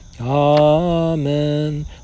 Amen